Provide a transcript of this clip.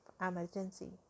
emergency